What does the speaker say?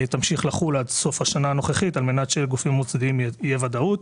תמשיך לחול עד סוף השנה הנוכחית על מנת שלגופים המוסדיים תהיה ודאות.